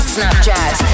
Snapchat